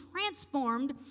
transformed